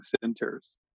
centers